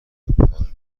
پارلی